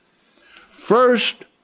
First